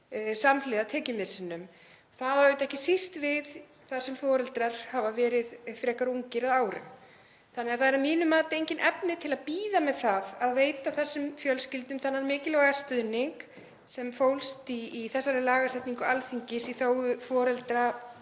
samhliða tekjumissinum. Það á auðvitað ekki síst við þar sem foreldrar hafa verið frekar ungir að árum. Það eru að mínu mati engin efni til að bíða með það að veita þessum fjölskyldum þann mikilvæga stuðning sem fólst í þessari lagasetningu í þágu foreldra